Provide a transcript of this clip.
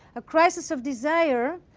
a crisis of desire,